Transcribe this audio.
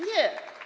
Nie.